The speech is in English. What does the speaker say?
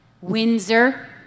Windsor